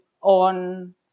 on